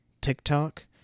TikTok